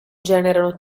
generano